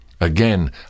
Again